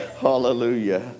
hallelujah